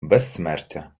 безсмертя